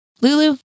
Lulu